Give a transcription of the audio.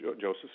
Joseph